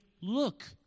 look